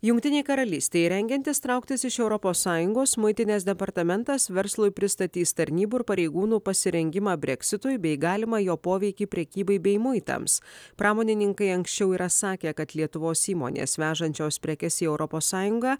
jungtinei karalystei rengiantis trauktis iš europos sąjungos muitinės departamentas verslui pristatys tarnybų ir pareigūnų pasirengimą breksitui bei galimą jo poveikį prekybai bei muitams pramonininkai anksčiau yra sakę kad lietuvos įmonės vežančios prekes į europos sąjungą